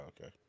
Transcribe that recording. okay